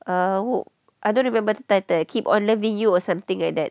err who I don't remember the title keep on loving you or something like that